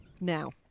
now